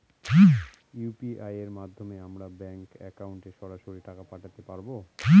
UPI এর মাধ্যমে আমরা ব্যাঙ্ক একাউন্টে সরাসরি টাকা পাঠাতে পারবো?